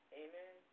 amen